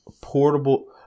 portable